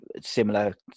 similar